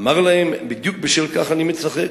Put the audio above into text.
אמר להם: בדיוק בשל כך אני מצחק,